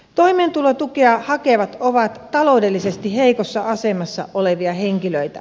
toimeentulotukea hakevat ovat taloudellisesti heikossa asemassa olevia henkilöitä